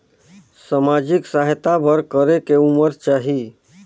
समाजिक सहायता बर करेके उमर चाही?